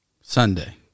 Sunday